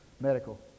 medical